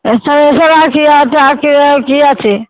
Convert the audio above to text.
এছাড়া এছাড়া আর কী আছে আর কী কী আছে